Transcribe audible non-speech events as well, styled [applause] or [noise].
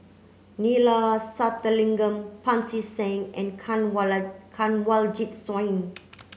Neila Sathyalingam Pancy Seng and [unintelligible] Kanwaljit Soin